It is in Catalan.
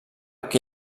que